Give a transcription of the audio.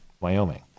Wyoming